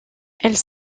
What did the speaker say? elles